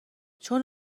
چون